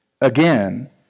again